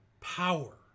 power